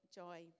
joy